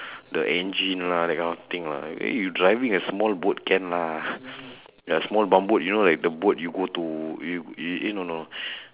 the engine lah that kind of thing lah I mean you driving a small boat can lah small bump boat you know like the boat you go to you you eh no no